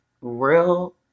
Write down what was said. real